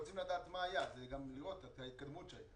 אנחנו רוצים לדעת מה היה ולראות את ההתקדמות שלהם.